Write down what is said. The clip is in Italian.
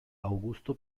augusto